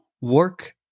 work